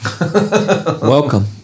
welcome